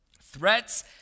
Threats